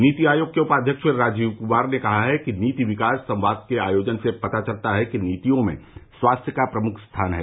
नीति आयोग के उपाध्यक्ष राजीव कुमार ने कहा है कि नीति विकास संवाद के आयोजन से पता चलता है कि नीतियों में स्वास्थ्य का प्रमुख स्थान है